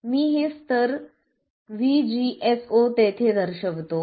मी हे स्तर VGS0 तेथे दर्शवितो